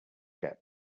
get